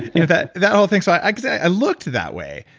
you know that that whole thing. so i yeah i looked that way,